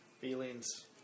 Feelings